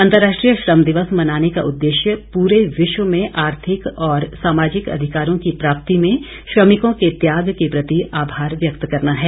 अंतर्राष्ट्रीय श्रम दिवस मनाने का उद्देश्य प्रेर विश्व में आर्थिक और सामाजिक अधिकारों की प्राप्ति में श्रमिकों के त्याग के प्रति आभार व्यक्त करना है